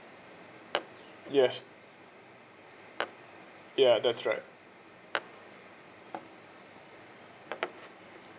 yes ya that's right